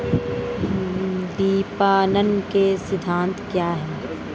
विपणन के सिद्धांत क्या हैं?